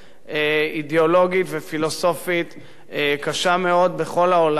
אידיאולוגית ופילוסופית קשה מאוד בכל העולם,